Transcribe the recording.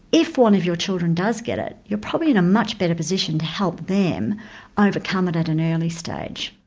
if one of your children does get it, you're probably in a much better position to help them overcome it at an early stage.